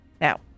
Now